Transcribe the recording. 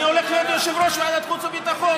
אני הולך להיות יושב-ראש ועדת החוץ והביטחון.